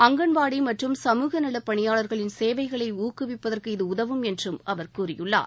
அங்கன்வாடி மற்றும் சமூகநலப் பணியாளர்களின் சேவைகளை ஊக்குவிப்பதற்கு இது உதவும் என்றும் அவர் கூறியுள்ளார்